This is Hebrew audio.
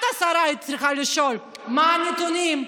את, השרה, היית צריכה לשאול: מה הנתונים,